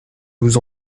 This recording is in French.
vous